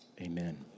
Amen